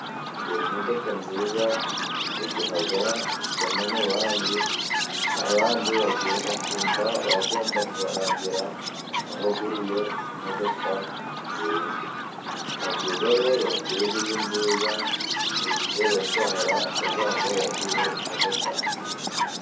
Kugura imodoka nziza yaguha ishema mu bandi, abandi bakumva wagomba kubarangira aho waguriye imodoka nziza. Biba byiza rero iyo uguze inziza buri gihe bose bahora bavuga ngo yaguze imodoka nziza.